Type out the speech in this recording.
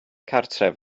cartref